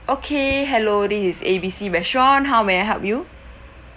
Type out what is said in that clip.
okay hello this is A B C restaurant how may I help you